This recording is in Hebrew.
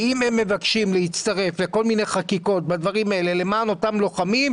ואם הם מבקשים להצטרף לכל מיני חקיקות בדברים האלה למען אותם לוחמים,